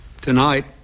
Tonight